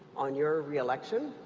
on your reelection.